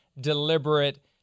deliberate